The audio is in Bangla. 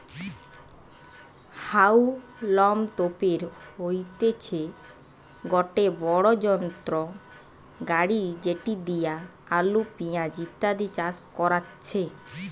হাউলম তোপের হইতেছে গটে বড়ো যন্ত্র গাড়ি যেটি দিয়া আলু, পেঁয়াজ ইত্যাদি চাষ করাচ্ছে